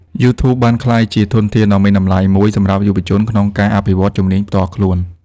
YouTube បានក្លាយជាធនធានដ៏មានតម្លៃមួយសម្រាប់យុវជនក្នុងការ អភិវឌ្ឍជំនាញផ្ទាល់ខ្លួន។